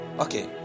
Okay